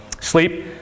Sleep